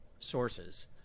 sources